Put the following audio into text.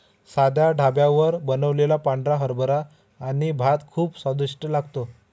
साध्या ढाब्यावर बनवलेला पांढरा हरभरा आणि भात खूप स्वादिष्ट लागतो